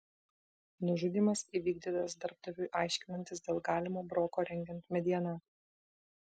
nužudymas įvykdytas darbdaviui aiškinantis dėl galimo broko rengiant medieną